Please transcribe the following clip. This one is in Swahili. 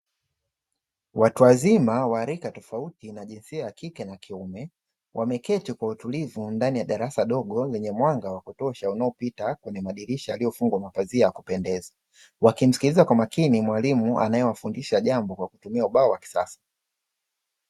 Watu wazima wa rika tofauti na jinsia ya kike na kiume, wameketi kwa utulivu ndani ya darasa dogo lenye mwanga wa kutosha unaopita kwenye madirisha yaliyofungwa mapazia ya kupendeza, wakimsikiliza kwa makini mwalimu anayewafundisha jambo kwa kutumia ubao wa kisasa.